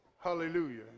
Hallelujah